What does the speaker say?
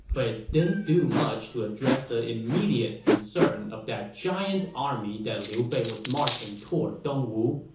but it didn't do much to address the immediate concern of that giant army that liu bei was marching toward dongwu.